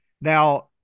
Now